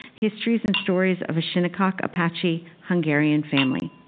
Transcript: histories and stories of a shinnecock, apache, hungarian family.